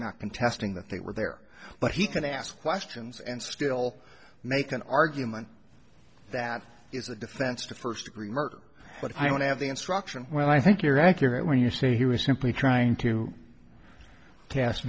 not contesting that they were there but he can ask questions and still make an argument that is a defense to first degree murder but i want to have the instruction well i think you are accurate when you say he was simply trying to cas